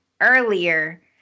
earlier